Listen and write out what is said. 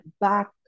back